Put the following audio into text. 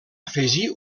afegir